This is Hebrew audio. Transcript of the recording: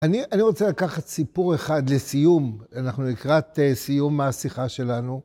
אני, אני רוצה לקחת סיפור אחד לסיום. אנחנו לקראת אה, סיום השיחה שלנו.